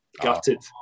Gutted